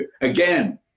again